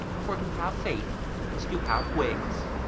for to have faith is to have wings.